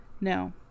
No